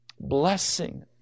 blessing